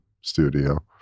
studio